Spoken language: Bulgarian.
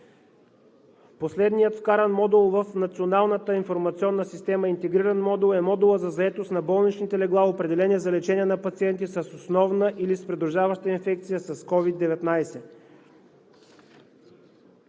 Последният вкаран интегриран модул в Националната информационна система е модулът за заетост на болничните легла, определени за лечение на пациенти с основна или придружаваща инфекция с COVID-19.